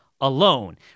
alone